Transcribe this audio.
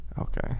Okay